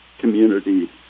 community